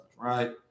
right